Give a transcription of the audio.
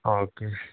ആ ഓക്കേ